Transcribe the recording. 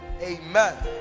amen